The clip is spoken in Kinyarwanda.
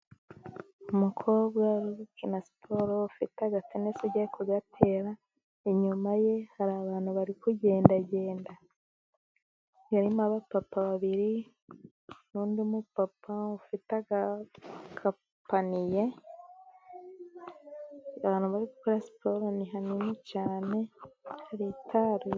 Umukobwa uri gukina siporo ufite agatenesi, agiye kugatera inyuma ye hari abantu bari kugendagenda, harimo abapapa babiri, undi mu papa ufite agapaniye, ajyanye muri pasiparumu ni hanini cyane hari itara.